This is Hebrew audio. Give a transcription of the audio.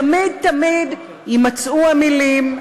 תמיד תמיד יימצאו המילים,